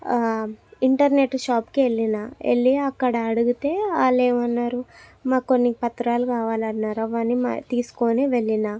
internet షాప్కి వెళ్ళినా వెళ్ళి అక్కడ అడిగితే వాళ్ళు ఏమన్నారు మాకు కొన్ని పత్రాలు కావాలి అన్నారు అవన్నీ మ తీసుకొని వెళ్ళిన